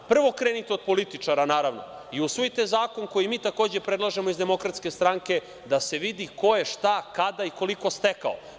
Prvo krenite od političara, naravno, i usvojite zakon koji mi takođe predlažemo iz DS-a da se vidi ko je šta, kada i koliko stekao.